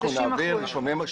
אני מכירה את זה.